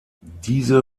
diese